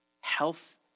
Health